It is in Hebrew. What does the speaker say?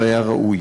זה היה ראוי.